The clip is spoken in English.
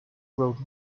wrote